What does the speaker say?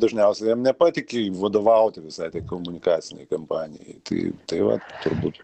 dažniausiai jam nepatiki vadovauti visai tai komunikacinei kampanijai tai tai va turbūt